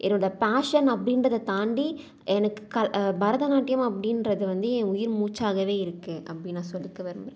என்னோடய பேஷன் அப்படின்றத தாண்டி எனக்கு க பரதநாட்டியம் அப்படின்றது வந்து என் உயிர் மூச்சாகவே இருக்குது அப்படின்னு நான் சொல்லிக்க விரும்புகிறேன்